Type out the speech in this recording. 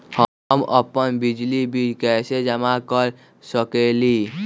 हम अपन बिजली बिल कैसे जमा कर सकेली?